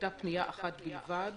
היתה פנייה אחת בלבד